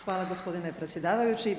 Hvala gospodine predsjedavajući.